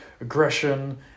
aggression